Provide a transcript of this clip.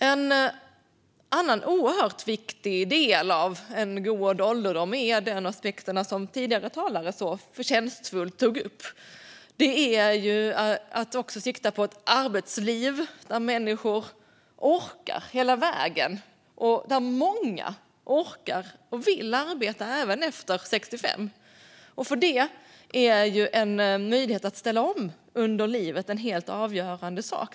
En annan oerhört viktig del av en god ålderdom är den aspekt som tidigare talare så förtjänstfullt tog upp, nämligen att också sikta på ett arbetsliv där människor orkar hela vägen och där många orkar och vill arbeta även efter att de fyllt 65 år. Då är en möjlighet att ställa om under livet något helt avgörande.